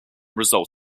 result